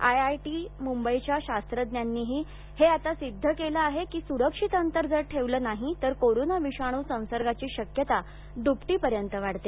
IIT मुंबईच्या शास्त्रज्ञांनीही हे आता सिद्ध केलं आहे की सुरक्षित अंतर ठेवलं नाही तर कोरोना विषाणू संसर्गाची शक्यता दुपटीपर्यंत वाढते